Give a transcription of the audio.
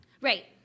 Right